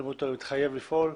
יתחייב לפעול.